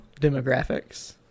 demographics